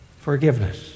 Forgiveness